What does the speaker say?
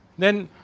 then